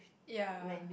ya